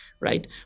Right